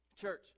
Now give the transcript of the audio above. Church